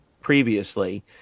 previously